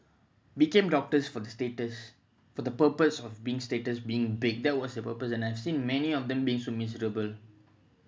became doctors for the status for the purpose of being status being big there was the purpose and I've seen many of them being so miserable